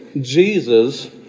Jesus